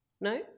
No